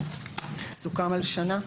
סוכם על שנה?